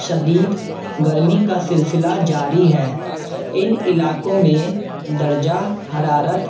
شدید گرمی کا سلسلہ جاری ہے ان علاقوں میں درجہ حرارت